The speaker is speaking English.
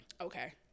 Okay